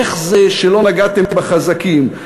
איך זה שלא נגעתם בחזקים?